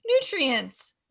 Nutrients